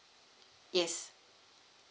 yes